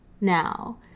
now